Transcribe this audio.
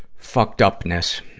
fucked-upness,